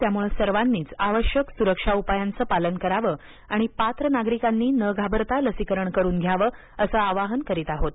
त्यामुळे सर्वांनीच सुरक्षा उपायांचं पालन करावं आणि पात्र नागरिकांनी न घाबरता लसीकरण करून घ्यावं असं आवाहन करत आहोत